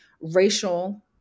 racial